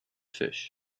fish